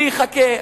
אני אחכה,